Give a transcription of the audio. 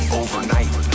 overnight